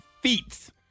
feats